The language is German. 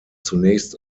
zunächst